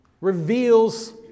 reveals